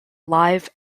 live